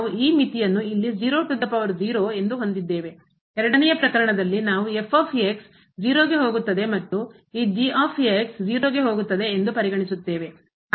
2 ನೇ ಪ್ರಕರಣದಲ್ಲಿ ನಾವು 0 ಗೆ ಹೋಗುತ್ತದೆ ಮತ್ತು ಈ 0ಗೆ ಹೋಗುತ್ತದೆ ಎಂದು ಪರಿಗಣಿಸುತ್ತೇವೆ